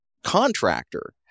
contractor